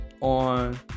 on